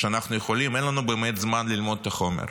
אין לנו באמת זמן ללמוד את החומר.